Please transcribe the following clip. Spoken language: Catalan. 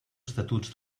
estatuts